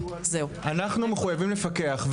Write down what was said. אנחנו מחויבים לפקח.